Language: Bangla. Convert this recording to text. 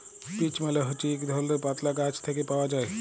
পিচ্ মালে হছে ইক ধরলের পাতলা গাহাচ থ্যাকে পাউয়া যায়